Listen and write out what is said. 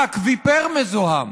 האקוויפר מזוהם.